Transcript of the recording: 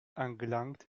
angelangt